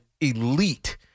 elite